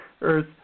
earth